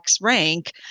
rank